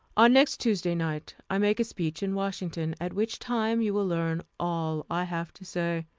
on next tuesday night i make a speech in washington, at which time you will learn all i have to say.